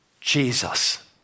Jesus